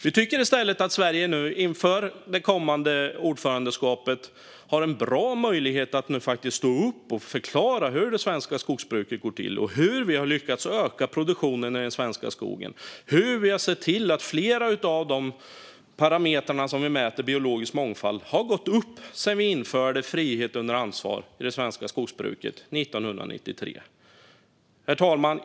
Vi tycker i stället att Sverige inför det kommande ordförandeskapet har en bra möjlighet att faktiskt stå upp och förklara hur det svenska skogsbruket går till, hur vi har lyckats öka produktionen i den svenska skogen och hur vi har sett till att flera av de parametrar varmed vi mäter biologisk mångfald har gått upp sedan vi införde frihet under ansvar i det svenska skogsbruket 1993. Herr talman!